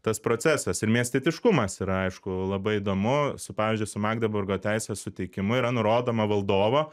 tas procesas ir miestetiškumas yra aišku labai įdomu su pavyzdžiui su magdeburgo teisės suteikimu yra nurodoma valdovo